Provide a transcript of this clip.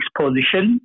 position